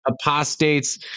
apostates